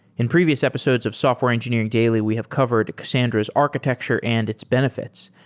in previous episodes of software engineering daily we have covered cassandra's architecture and its benefits,